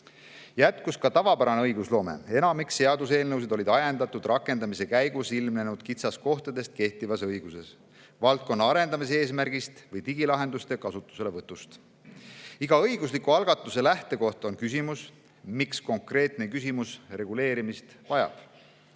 Jätkus ka tavapärane õigusloome. Enamik seaduseelnõusid olid ajendatud rakendamise käigus ilmnenud kitsaskohtadest kehtivas õiguses, valdkonna arendamise eesmärgist või digilahenduste kasutuselevõtust. Iga õigusliku algatuse lähtekoht on küsimus, miks konkreetne küsimus reguleerimist vajab,